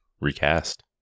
recast